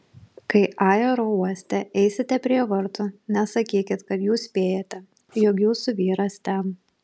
kai aerouoste eisite prie vartų nesakykit kad jūs spėjate jog jūsų vyras ten